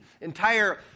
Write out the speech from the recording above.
Entire